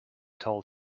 told